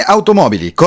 Automobili